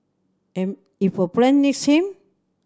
and if a friend needs him